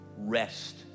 Rest